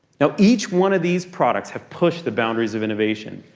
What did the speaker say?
now each one of these products has pushed the boundaries of innovation.